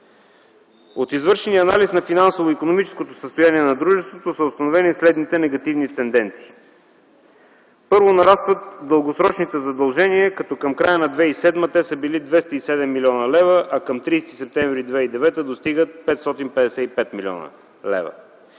От извършения анализ на финансово-икономическото състояние на дружеството са установени следните негативни тенденции: Първо, нарастват дългосрочните задължения, като към края на 2007 г. те са били 207 млн. лв., а към 30 септември 2009 г. достигат 555 млн. лв.